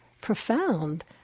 profound